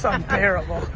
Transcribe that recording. so unbearable